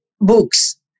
books